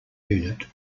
unit